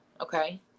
okay